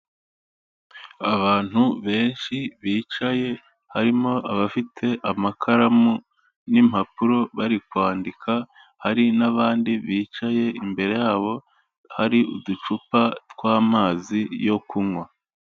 Abantu benshi bicaye harimo abafite amakaramu n'impapuro bari kwandika, hari n'abandi bicaye, imbere yabo hari uducupa tw'amazi yo kunywa.